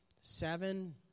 seven